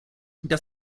das